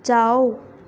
ਜਾਓ